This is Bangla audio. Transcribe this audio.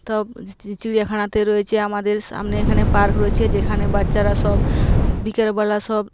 তব চিড়িয়াখানাতে রয়েছে আমাদের সামনে এখানে পার্ক রয়েছে যেখানে বাচ্চারা সব বিকালবেলা সব